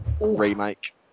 remake